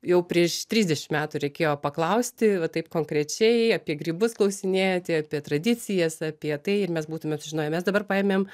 jau prieš trisdešim metų reikėjo paklausti va taip konkrečiai apie grybus klausinėjote ir apie tradicijas apie tai ir mes būtumėm sužinoję mes dabar paėmėm